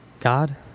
God